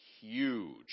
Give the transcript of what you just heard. huge